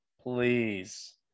please